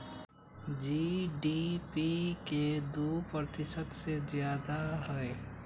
GDP के दु प्रतिशत से जादा हई